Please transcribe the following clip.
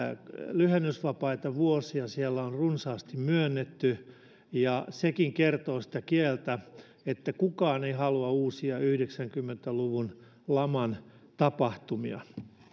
lyhennysvapaita vuosia siellä on runsaasti myönnetty ja sekin kertoo sitä kieltä että kukaan ei halua uusia yhdeksänkymmentä luvun laman tapahtumia